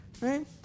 Right